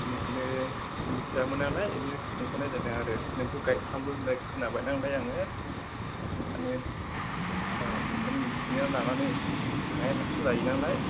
बेनिखायनो मिथियामोन नालाय बिदिनो सोंहरनाय जादों आरो नोंखौ गाइड खालामगोन होनाय खोनाबाय आङो ओंखायनो औ मिथिना लानानै थांनाया साबसिन जायो नालाय